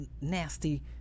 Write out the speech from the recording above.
nasty